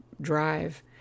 drive